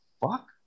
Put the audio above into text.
fuck